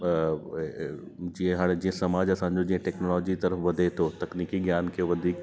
जीअं हाणे समाज असांजो जीअं टेक्नोलॉजीअ तरफ़ वधे थो तकनीकी ज्ञान खे वधीक